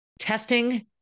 testing